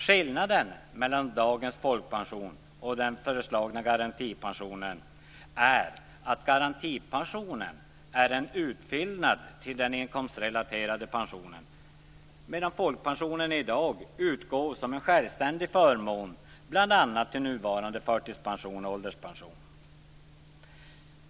Skillnaden mellan dagens folkpension och den föreslagna garantipensionen är att garantipensionen är en utfyllnad till den inkomstrelaterade pensionen medan folkpensionen i dag utgår som en självständig förmån bl.a. till nuvarande förtidspension och ålderspension.